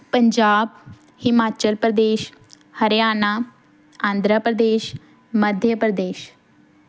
Punjab Himachal Pradesh Haryana Andhra Pradesh Madhya Pradesh